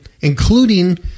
including